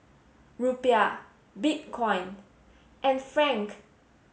rupiah bitcoin and franc